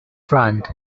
front